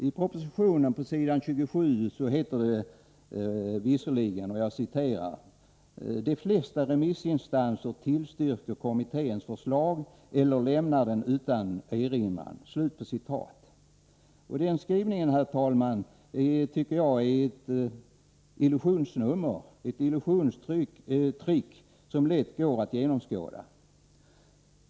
I propositionen på s. 27 heter det visserligen: ”De flesta remissinstanser tillstyrker kommitténs förslag eller lämnar den utan erinran.” Den skrivningen, herr talman, tycker jag är ett illusionsnummer, ett trick som lätt går att genomskåda.